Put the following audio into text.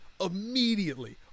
immediately